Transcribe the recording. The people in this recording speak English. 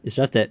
it's just that